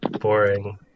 boring